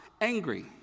angry